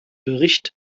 bericht